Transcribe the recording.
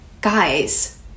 guys